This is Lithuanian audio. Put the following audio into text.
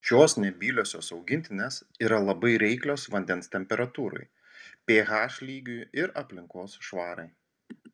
šios nebyliosios augintinės yra labai reiklios vandens temperatūrai ph lygiui ir aplinkos švarai